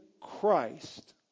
Christ